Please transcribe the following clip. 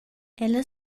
ella